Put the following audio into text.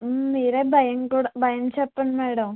మీరే భయం కూడా భయం చెప్పండి మేడమ్